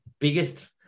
biggest